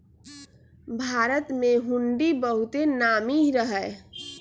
भारत में हुंडी बहुते नामी रहै